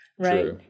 right